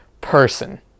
person